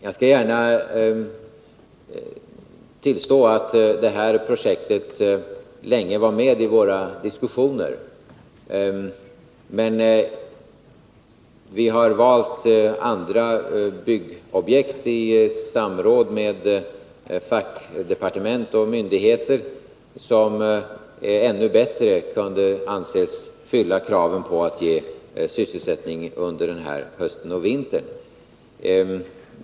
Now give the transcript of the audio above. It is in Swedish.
Jag skall emellertid gärna tillstå att det här projektet länge var med i våra diskussioner, men vi har i samråd med fackdepartement och myndigheter valt andra byggobjekt, som ansågs ännu bättre uppfylla kraven på att ge sysselsättning under den kommande hösten och vintern.